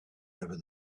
over